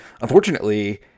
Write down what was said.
unfortunately